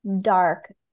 dark